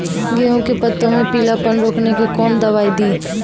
गेहूँ के पत्तों मे पीलापन रोकने के कौन दवाई दी?